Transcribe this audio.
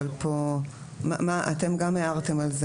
אביגיל, גם אתם הערתם על זה.